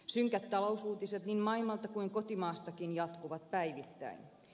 synkät talousuutiset niin maailmalta kuin kotimaastakin jatkuvat päivittäin